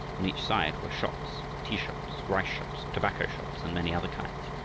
on each side were shops tea shops, rice shops, tobacco shops, and many other kinds.